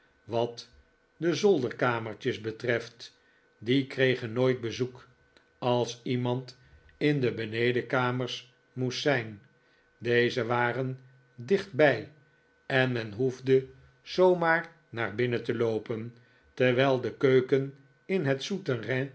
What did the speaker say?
wat de zolderkamertjes betreft die kregen nooit bezoek als iemand in de benedenkamers moest zijn deze waren dichtbij en men hoefde zoo maar naar binnen te loopen terwijl de keuken in het